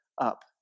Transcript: up